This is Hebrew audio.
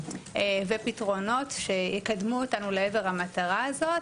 ופתרונות שיקדמו אותנו לעבר המטרה הזאת.